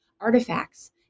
artifacts